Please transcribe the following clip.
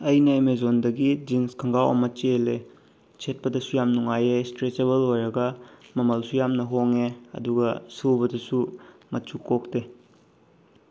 ꯑꯩꯅ ꯑꯦꯃꯦꯖꯣꯟꯗꯒꯤ ꯖꯤꯟꯁ ꯈꯣꯡꯒ꯭ꯔꯥꯎ ꯑꯃ ꯆꯦꯜꯂꯦ ꯁꯦꯠꯄꯗꯁꯨ ꯌꯥꯝ ꯅꯨꯡꯉꯥꯏꯌꯦ ꯏꯁꯇ꯭ꯔꯦꯆꯦꯕꯜ ꯑꯣꯏꯔꯒ ꯃꯃꯜꯁꯨ ꯌꯥꯝꯅ ꯍꯣꯡꯉꯦ ꯑꯗꯨꯒ ꯁꯨꯕꯗꯁꯨ ꯃꯆꯨ ꯀꯣꯛꯇꯦ